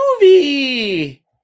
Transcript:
movie